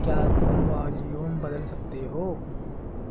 کیا تم والیوم بدل سکتے ہو